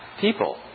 people